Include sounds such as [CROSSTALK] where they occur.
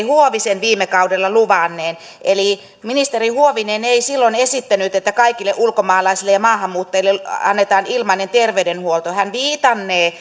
[UNINTELLIGIBLE] huovisen viime kaudella luvanneen ministeri huovinen ei silloin esittänyt että kaikille ulkomaalaisille ja maahanmuuttajille annetaan ilmainen terveydenhuolto hän viitannee [UNINTELLIGIBLE]